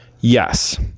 yes